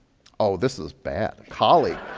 oh, this is bad. a colleague.